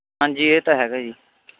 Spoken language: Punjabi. ਹਾਂਜੀ ਇਹ ਤਾਂ ਹੈਗਾ ਜੀ